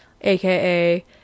aka